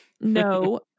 No